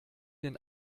den